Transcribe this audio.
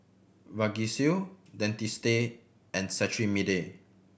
Vagisil Dentiste and Cetrimide